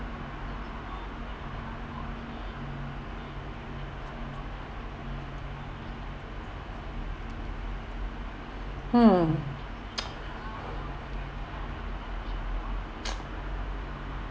mm